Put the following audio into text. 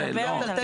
זה לא 9,